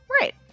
Right